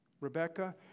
Rebecca